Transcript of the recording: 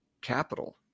capital